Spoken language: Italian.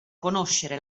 conoscere